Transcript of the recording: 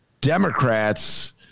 Democrats